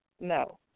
no